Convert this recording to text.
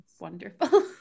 wonderful